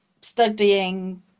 studying